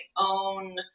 own –